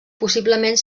possiblement